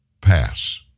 pass